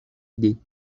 idées